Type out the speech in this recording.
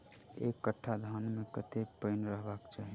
एक कट्ठा धान मे कत्ते पानि रहबाक चाहि?